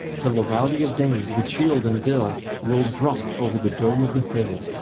till a rally of danes with shield and bill rolled drunk over the dome of the hill,